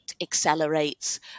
accelerates